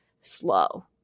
slow